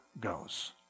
goes